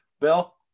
Bill